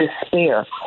despair